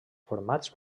formats